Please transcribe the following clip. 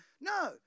No